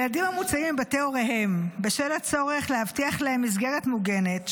ילדים המוצאים מבתי הוריהם בשל הצורך להבטיח להם מסגרת מוגנת,